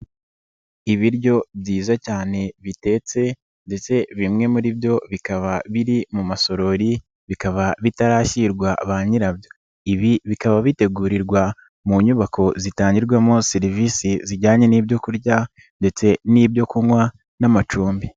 Ibiryo byiza cyane bitetse ndetse bimwe muri byo bikaba biri mu masorori, bikaba bitarashyirwa ba nyirabyo, bikaba bitegurirwa mu nyubako zitangirwamo serivisi zijyanye n'ibyo kurya ndetse n'ibyo kunywa n'amacumbi.